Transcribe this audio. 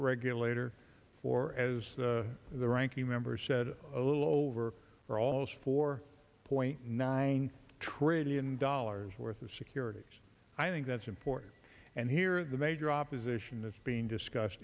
regulator for as the ranking member said a little over for almost four point nine trillion dollars worth of securities i think that's important and here the major opposition that's being discussed